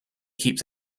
keeps